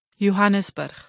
Johannesburg